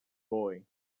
boy